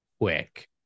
quick